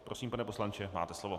Prosím, pane poslanče, máte slovo.